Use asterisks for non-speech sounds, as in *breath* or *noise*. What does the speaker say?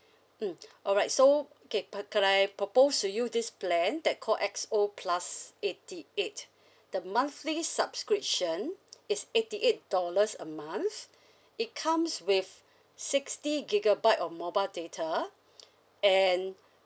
mm *breath* all right so okay pa~ can I propose to you this plan that call X_O plus eighty eight *breath* the monthly subscription is eighty eight dollars a month *breath* it comes with *breath* sixty gigabyte of mobile data *breath* and *breath*